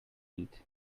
eat